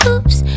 Oops